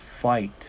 fight